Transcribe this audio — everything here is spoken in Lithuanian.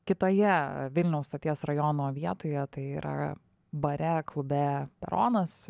kitoje vilniaus stoties rajono vietoje tai yra bare klube peronas